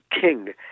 king